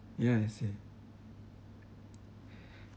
yes ya